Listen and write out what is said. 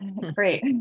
great